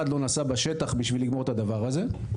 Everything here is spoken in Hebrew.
עוד לא נסע בשטח בשביל לגמור את הדבר הזה.